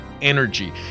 energy